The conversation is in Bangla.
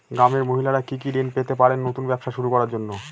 গ্রামের মহিলারা কি কি ঋণ পেতে পারেন নতুন ব্যবসা শুরু করার জন্য?